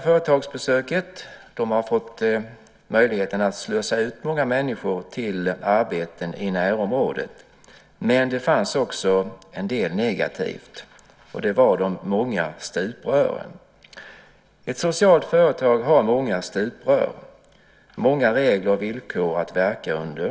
Man har fått möjlighet att slussa ut många människor till arbeten i närområdet. Men det fanns också en del negativt. Det var de många stuprören. Ett socialt företag har många stuprör - många regler och villkor att verka under.